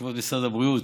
תשובת משרד הבריאות: